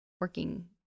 working